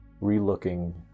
re-looking